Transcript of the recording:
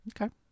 Okay